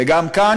וגם כאן,